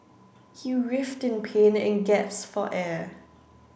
he writhed in pain and gasped for air